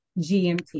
GMT